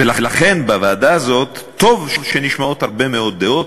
ולכן טוב שבוועדה הזאת נשמעות הרבה מאוד דעות.